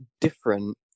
different